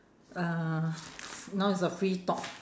uh now is a free talk